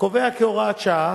קובע כהוראת שעה,